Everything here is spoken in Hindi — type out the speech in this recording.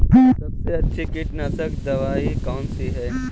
सबसे अच्छी कीटनाशक दवाई कौन सी है?